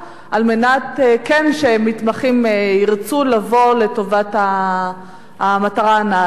על מנת שמתמחים כן ירצו לבוא לטובת המטרה הנעלה הזו,